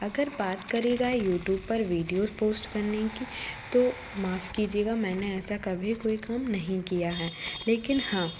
अगर बात करि जाए यूट्यूब पर विडियो पोस्ट करने की तो माफ़ कीजिएगा मैंने ऐसा कभी कोई काम नहीं किया है लेकिन हाँ